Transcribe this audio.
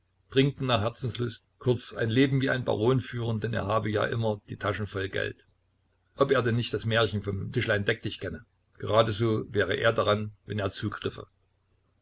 nach herzenslust kurz ein leben wie ein baron führen denn er habe ja immer die tasche voll geld ob er denn nicht das märchen vom tischlein deck dich kenne geradeso wäre er daran wenn er zugriffe